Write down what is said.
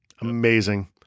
Amazing